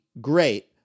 great